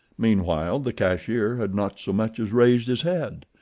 meanwhile, the cashier had not so much as raised his head.